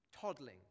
toddling